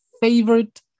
favorite